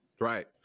Right